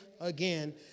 again